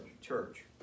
Church